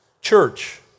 Church